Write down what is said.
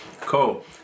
Cool